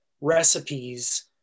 recipes